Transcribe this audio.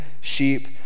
sheep